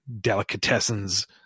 delicatessens